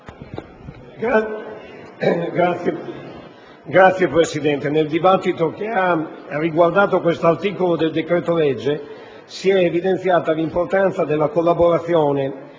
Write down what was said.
Signor Presidente, nel dibattito che ha riguardato l'articolo 6 del decreto-legge si è evidenziata l'importanza della collaborazione